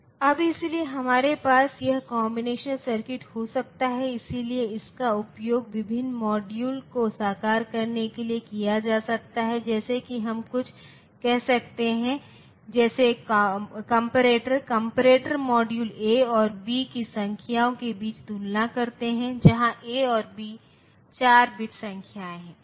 अब इसलिए हमारे पास यह कॉम्बिनेशन सर्किट हो सकता है इसलिए इसका उपयोग विभिन्न मॉड्यूल को साकार करने के लिए किया जा सकता है जैसे कि हम कुछ कह सकते हैं जैसे कॉम्परेटर कॉम्परेटर मॉड्यूल A और B की संख्याओं के बीच तुलना करते हैं जहाँ A और B 4 बिट संख्याएँ हैं